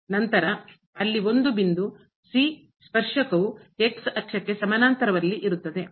ನಂತರ ಅಲ್ಲಿ ಒಂದು ಬಿಂದು ಸ್ಪರ್ಶಕವು ಅಕ್ಷಕ್ಕೆ ಸಮಾನಾಂತರವಲ್ಲಿ ಇರುತ್ತದೆ